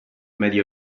medio